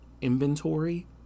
inventory